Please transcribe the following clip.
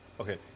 Okay